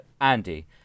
Andy